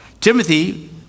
Timothy